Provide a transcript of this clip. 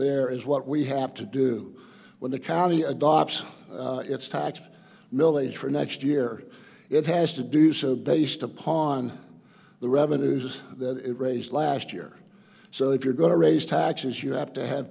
there is what we have to do when the county adopts its tax millage for next year it has to do so based upon the revenues that it raised last year so if you're going to raise taxes you have to have